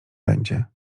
będzie